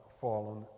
fallen